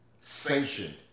sanctioned